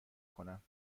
کنم